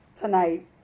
tonight